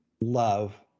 love